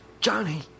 Johnny